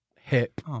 hip